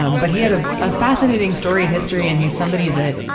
um but he had a, a fascinating, storied history. and he's somebody that,